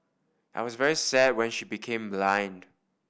I was very sad when she became blind